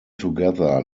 together